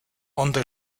hondo